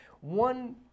One